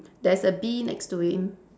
there's a bee next to him